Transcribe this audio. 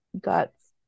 guts